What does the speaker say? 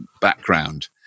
background